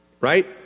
Right